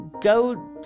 go